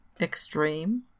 extreme